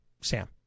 Sam